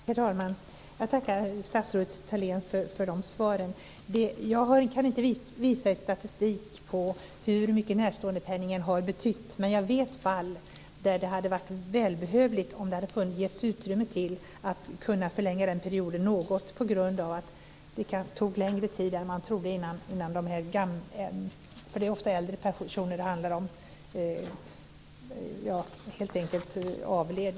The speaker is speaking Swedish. Herr talman! Jag tackar statsrådet Thalén för de svaren. Jag kan inte visa statistik på hur mycket närståendepenningen har betytt, men jag vet fall där en viss förlängning av perioden hade varit välbehövlig på grund av att det tog längre tid än man trodde innan dessa gamla - det är ofta äldre personer det handlar om - helt enkelt avled.